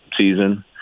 season